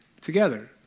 together